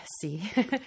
see